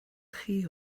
chi